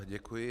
Děkuji.